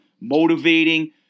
motivating